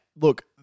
look